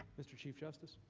mr. chief justice.